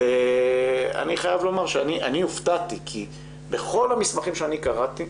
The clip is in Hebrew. אני חייב לומר שהופתעתי כי בכל המסמכים שקראתי,